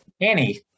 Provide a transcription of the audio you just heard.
Annie